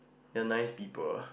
they are nice people